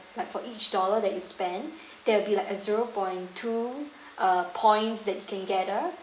like for each dollar that you spend there will be like a zero point two uh points that can gather